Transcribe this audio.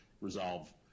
resolve